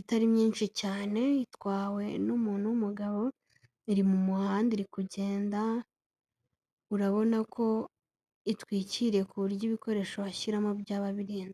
itari myinshi cyane itwawe n'umuntu w'umugabo iri mu muhanda iri kugenda urabona ko itwikiriye ku buryo ibikoresho washyiramo byaba birenzwe.